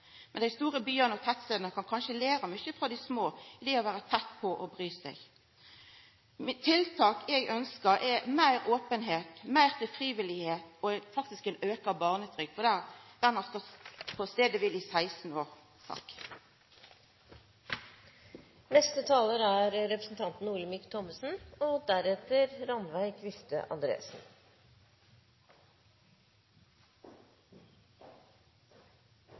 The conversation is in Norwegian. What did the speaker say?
Men dei store byane og tettstadene kan kanskje læra mykje av dei små når det gjeld det å vera tett på og det å bry seg. Tiltak som eg ønskjer, er meir openheit, meir til frivilligheita og auka barnetrygd, for ho har stått på staden kvil i 16 år. Barnefattigdom handler om to hovedinnganger i diskusjonen, mener jeg. Det ene – og